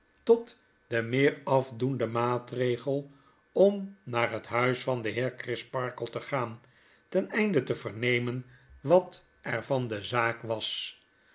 tot den meer afdoenden maatregel om naar het huis van den heer crisparkle te gaan ten eiude te vernemen wat er van de zaak was